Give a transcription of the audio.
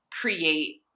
create